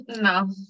no